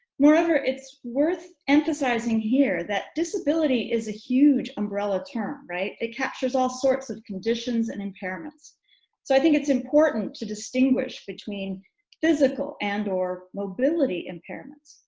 more over it's worth emphasizing here that disability is a huge umbrella term right it captures all sorts of conditions and impairments so i think it's important to distinguish between physical and or mobility impairments,